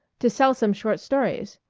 to sell some short stories.